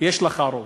יש לו רוב.